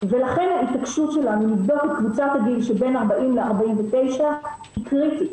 ולכן ההתעקשות שלנו לבדוק את קבוצת הגיל שבין 40-49 היא קריטית.